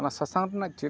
ᱚᱱᱟ ᱥᱟᱥᱟᱝ ᱨᱮᱱᱟᱜ ᱪᱮᱫ